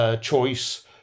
choice